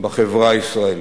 בחברה הישראלית.